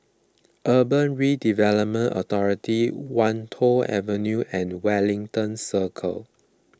Urban Redevelopment Authority Wan Tho Avenue and Wellington Circle